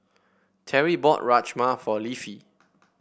Teri bought Rajma for Leafy